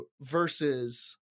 versus